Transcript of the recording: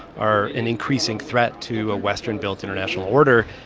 are an increasing threat to a western-built international order.